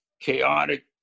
chaotic